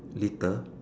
litter